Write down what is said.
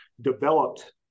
developed